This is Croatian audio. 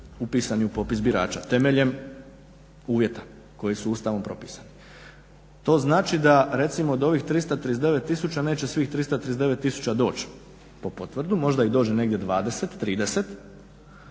upisani u popis birača temeljem uvjeta koji su Ustavom propisani. To znači da recimo od ovih 339 000 neće svih 339 000 doći po potvrdu, možda ih dođe negdje 20, 30